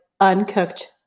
uncooked